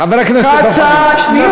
חבר הכנסת דב חנין.